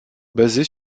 basée